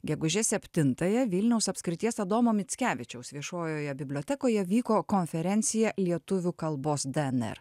gegužės septintąją vilniaus apskrities adomo mickevičiaus viešojoje bibliotekoje vyko konferencija lietuvių kalbos dnr